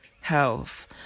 health